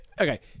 okay